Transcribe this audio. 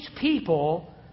people